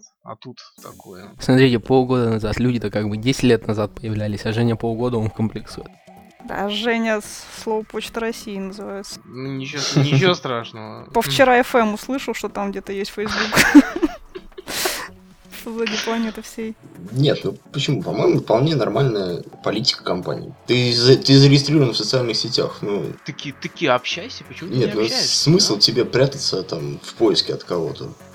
А тут такое. Смотрите, полгода назад, люди-то как бы 10 лет назад появлялись, а Женя полгода он комплексует. Да, Женя с- слово «Почта России» называется. Ну, ничего- ничего страшного. Повчера FM услышал, что там где-то есть Facebook. Что за диплом это все? Нет, ну, почему? По-моему, вполне нормальная политика компании. Ты- ты зарегистрирован в социальных сетях, ну. Таки- таки общайся, почему ты не Нет, ну, общаешься, смысл да? тебе прятаться там в поиске от кого-то?